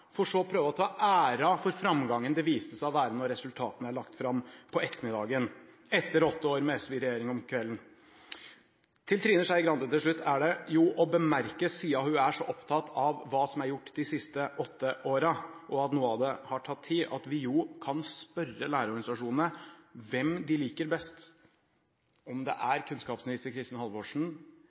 for så å prøve å ta æren for framgangen det viser seg å være, når resultatene er lagt fram på ettermiddagen, etter åtte år med SV i regjering. Til slutt er det å bemerke til Trine Skei Grande, siden hun er så opptatt av hva som er gjort de siste åtte årene, og at noe av det har tatt tid: Vi kan jo spørre lærerorganisasjonene om hvem de liker best – kunnskapsminister Kristin Halvorsen